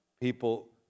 people